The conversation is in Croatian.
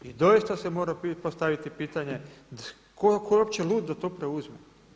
I doista se mora postaviti pitanje tko je uopće lud da to preuzme.